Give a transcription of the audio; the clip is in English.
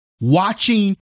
watching